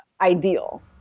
ideal